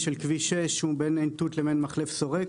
6, שהוא בין עין תות לבין מחלף שורק.